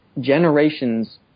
generations